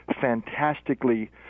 fantastically